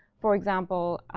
for example,